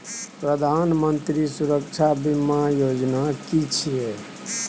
प्रधानमंत्री सुरक्षा बीमा योजना कि छिए?